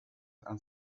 han